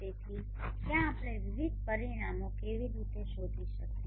તેથી ત્યાં આપણે વિવિધ પરિમાણો કેવી રીતે શોધી શકીએ